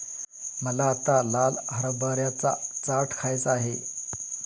मला आत्ता लाल हरभऱ्याचा चाट खायचा आहे